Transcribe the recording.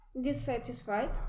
dissatisfied